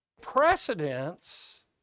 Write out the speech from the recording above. precedence